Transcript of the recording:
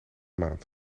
maand